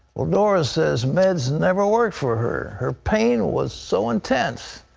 doris says meds never worked for her. her pain was so intense,